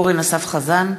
אורן אסף חזן,